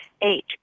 Eight